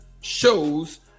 shows